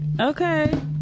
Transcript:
Okay